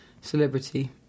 celebrity